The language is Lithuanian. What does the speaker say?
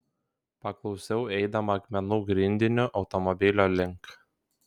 paklausiau eidama akmenų grindiniu automobilio link